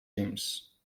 teams